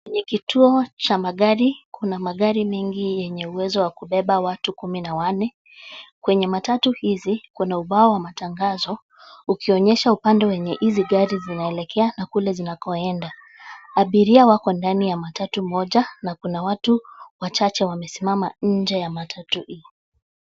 Ni kituo cha magari, kuna magari mengi yenye uwezo wa kubeba watu kumi na wanne. Kwenye matatu hizi kuna ubao wa matangazo ukionyesha upande wenye hizi gari zinaelekea na kule zinakoenda. Abiria wako ndani ya matatu moja na kuna watu wachache wamesimama nje ya matatu hii.